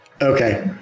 Okay